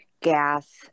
gas